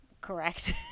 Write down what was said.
Correct